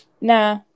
nah